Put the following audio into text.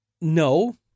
no